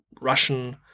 Russian